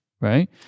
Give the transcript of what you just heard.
right